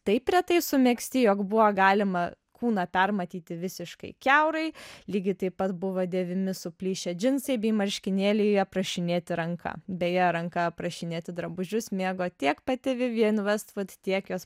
taip retai sumegzti jog buvo galima kūną permatyti visiškai kiaurai lygiai taip pat buvo dėvimi suplyšę džinsai bei marškinėliai aprašinėti ranka beje ranka aprašinėti drabužius mėgo tiek pati vivjen vestvud tiek jos